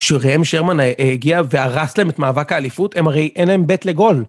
כשראם שרמן הגיע והרס להם את מאבק האליפות, הם הרי אין להם ב' לגול.